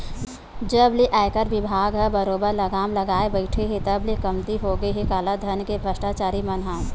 जब ले आयकर बिभाग ह बरोबर लगाम लगाए बइठे हे तब ले कमती होगे हे कालाधन के भस्टाचारी मन ह